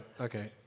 Okay